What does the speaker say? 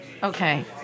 Okay